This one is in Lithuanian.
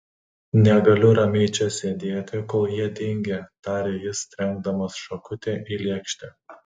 negaliu ramiai čia sėdėti kol jie dingę tarė jis trenkdamas šakutę į lėkštę